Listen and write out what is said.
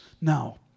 Now